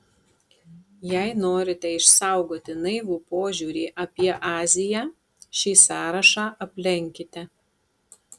jei norite išsaugoti naivų požiūrį apie aziją šį sąrašą aplenkite